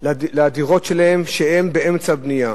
לדירות שלהן, שהן באמצע בנייה,